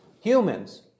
humans